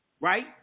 right